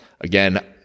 again